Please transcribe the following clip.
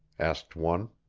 asked one.